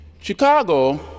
Chicago